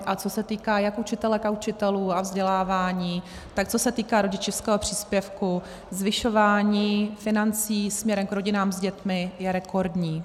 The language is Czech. A co se týká jak učitelek a učitelů a vzdělávání, tak co se týká rodičovského příspěvku, zvyšování financí směrem k rodinám s dětmi je rekordní.